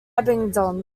abingdon